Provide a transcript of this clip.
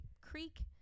Creek